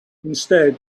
instead